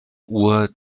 uhr